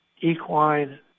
equine